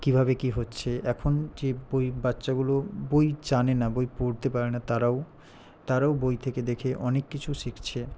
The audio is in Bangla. কিভাবে কী হচ্ছে এখন যে বই বাচ্চাগুলো বই জানে না বই পড়তে পারে না তারাও তারাও বই থেকে দেখে অনেক কিছু শিখছে